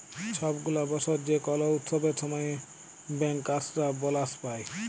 ছব গুলা বসর যে কল উৎসবের সময় ব্যাংকার্সরা বলাস পায়